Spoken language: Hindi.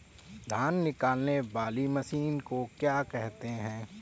धान निकालने वाली मशीन को क्या कहते हैं?